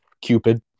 Cupid